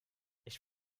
ich